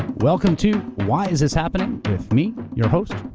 welcome to why is this happening? with me, your host,